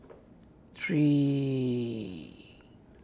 three